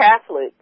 Catholic